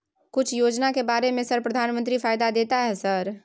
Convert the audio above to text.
कुछ योजना के बारे में सर प्रधानमंत्री फायदा देता है सर?